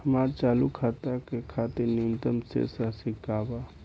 हमार चालू खाता के खातिर न्यूनतम शेष राशि का बा?